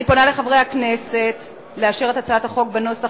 אני פונה לחברי הכנסת לאשר את הצעת החוק בנוסח